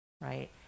right